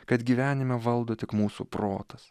kad gyvenime valdo tik mūsų protas